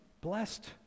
blessed